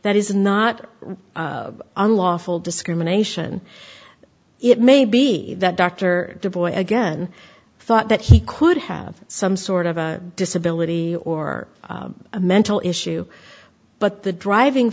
that is not unlawful discrimination it may be that doctor the boy again thought that he could have some sort of a disability or a mental issue but the driving